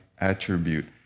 attribute